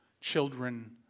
children